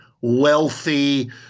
wealthy